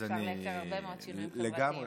אפשר לייצר הרבה מאוד שינויים חברתיים.